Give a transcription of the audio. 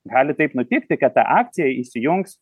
gali taip nutikti kad ta akcija įsijungs